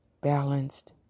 balanced